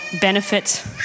benefit